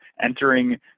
entering